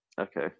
Okay